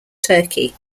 turkey